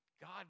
God